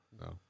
No